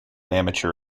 amateur